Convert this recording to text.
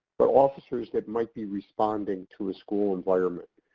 but officers that might be responding to a school environment.